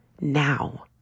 now